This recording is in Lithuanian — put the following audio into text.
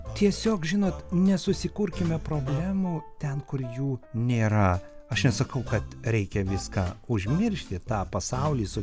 tiesiog žinot nesusikurkime problemų ten kur jų nėra aš nesakau kad reikia viską užmiršti tą pasaulį su